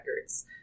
records